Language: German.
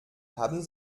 haben